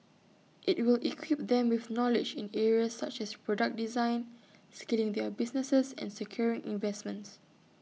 IT will equip them with knowledge in areas such as product design scaling their businesses and securing investments